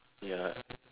ya